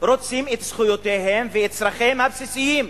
הם רוצים את זכויותיהם ואת צורכיהם הבסיסיים: